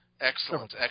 excellent